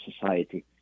society